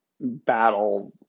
battle